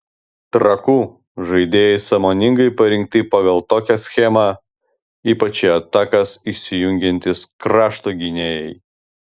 trakų žaidėjai sąmoningai parinkti pagal tokią schemą ypač į atakas įsijungiantys krašto gynėjai